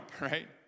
right